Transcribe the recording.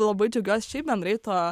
labai džiaugiuos šiaip bendrai tuo